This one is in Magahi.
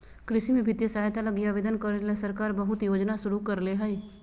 कृषि में वित्तीय सहायता लगी आवेदन करे ले सरकार बहुत योजना शुरू करले हइ